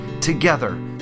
together